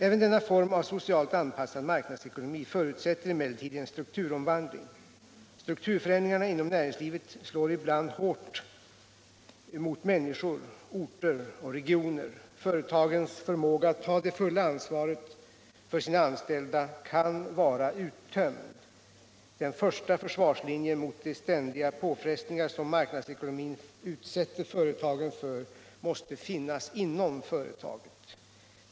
Även denna form av socialt anpassad marknadsekonomi förutsätter emellertid en strukturomvandling. Strukturförändringarna inom näringslivet slår ibland hårt mot människor, orter och regioner. Företagens förmåga att ta det fulla ansvaret för sina anställda kan vara uttömd. Den första försvarslinjen mot de ständiga påfrestningar som marknadseko nomin utsätter företagen för måste finnas inom företaget.